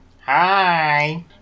Hi